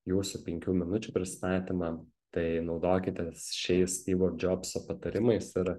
jūsų penkių minučių pristatymą tai naudokitės šiais styvo džobso patarimais ir